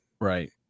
Right